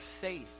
faith